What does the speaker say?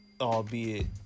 albeit